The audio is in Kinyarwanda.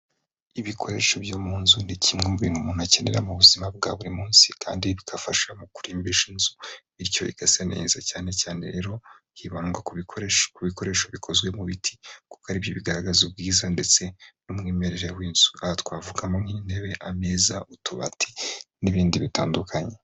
Ibikoresho byo mu nzu ni kimwe mu bintu umuntu akenera mu buzima bwa buri munsi kandi bigafasha mu kurimbisha inzu, bityo igasa neza, cyane cyane rero hibandwa ku bikoresho bikozwe mu biti kuko ari byo bigaragaza ubwiza ndetse n'umwimerere w'inzu. Aha twavugamo nk'intebe, ameza, utubati n'ibindi bitandukanye.